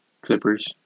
Clippers